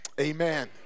amen